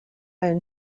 own